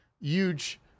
huge